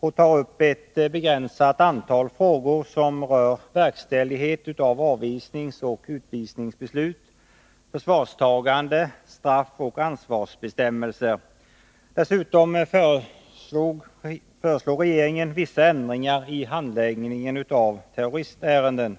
och tar upp ett begränsat antal frågor som rör verkställighet av avvisningsoch utvisningsbeslut, förvarstagande, straff och ansvarsbestämmelser. Dessutom föreslår regeringen vissa ändringar i handläggningen av terroristärenden.